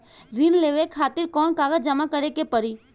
ऋण लेवे खातिर कौन कागज जमा करे के पड़ी?